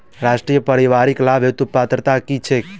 राष्ट्रीय परिवारिक लाभ हेतु पात्रता की छैक